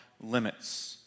limits